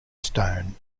stone